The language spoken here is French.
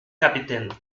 capitaine